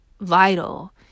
vital